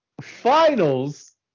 finals